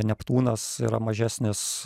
neptūnas yra mažesnis